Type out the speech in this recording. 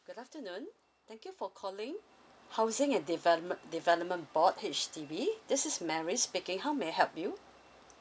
good afternoon thank you for calling housing and deveme~ development board H_D_B this is mary speaking how may I help you